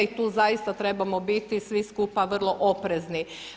I tu zaista trebamo biti svi skupa vrlo oprezni.